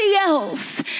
else